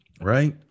right